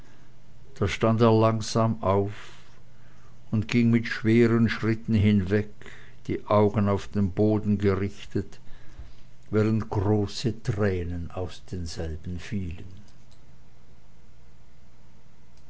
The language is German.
da stand er langsam auf und ging mit schweren schritten hinweg die augen auf den boden gerichtet während große tränen aus denselben fielen